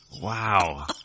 Wow